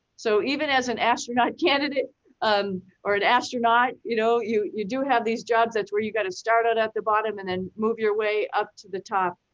so even as an astronaut candidate um or an astronaut, you know you you do have these jobs, that's where you gotta start out at the bottom and then move your way up to the top.